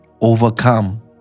Overcome